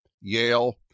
Yale